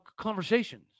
conversations